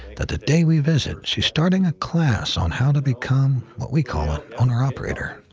that the day we visit, she's starting a class on how to become, what we call an owner-operator.